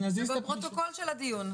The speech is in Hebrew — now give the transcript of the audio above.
זה בפרוטוקול של הדיון.